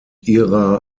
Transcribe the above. ihrer